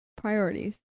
priorities